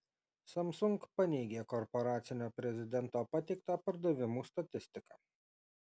samsung paneigė korporacinio prezidento pateiktą pardavimų statistiką